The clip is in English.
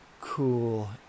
cool